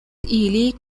ili